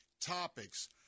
topics